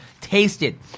tasted